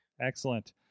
Excellent